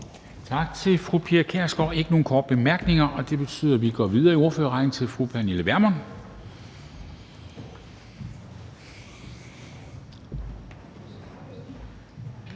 Tak til fru Pia Kjærsgaard. Der er ikke nogen korte bemærkninger, og det betyder, at vi går videre i ordførerrækken til fru Pernille Vermund,